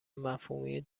مفهومی